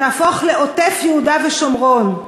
תהפוך לעוטף-יהודה-ושומרון.